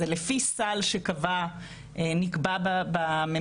זה לפי סל שקבע או נקבע בממשלה.